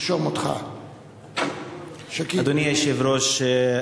אדוני היושב-ראש,